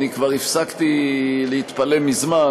אני כבר הפסקתי להתפלא מזמן,